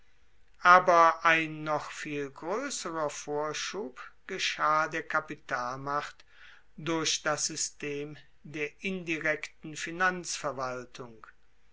aber ein noch viel groesserer vorschub geschah der kapitalmacht durch das system der indirekten finanzverwaltung